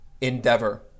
endeavor